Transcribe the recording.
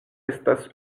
estas